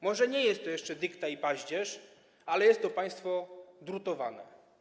Może nie jest to jeszcze dykta i paździerz, ale jest to państwo drutowane.